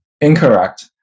incorrect